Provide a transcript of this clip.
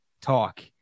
Talk